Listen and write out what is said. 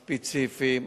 ספציפיים,